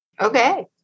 Okay